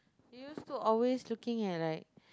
you used to always looking at like